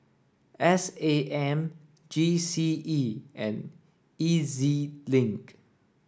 S A M G C E and E Z Link